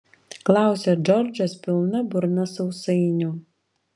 klausia džordžas pilna burna sausainių